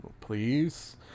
please